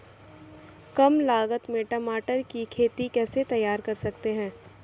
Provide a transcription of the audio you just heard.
कम लागत में टमाटर की खेती कैसे तैयार कर सकते हैं?